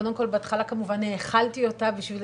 קודם כל בהתחלה כמובן האכלתי אותה בשביל